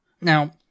Now